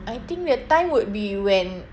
I think that time would be when